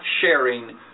sharing